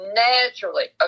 naturally